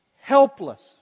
helpless